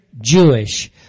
Jewish